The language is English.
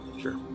sure